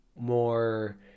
more